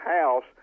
house